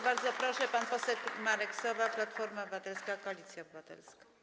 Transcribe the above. Bardzo proszę, pan poseł Marek Sowa, Platforma Obywatelska - Koalicja Obywatelska.